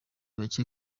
bake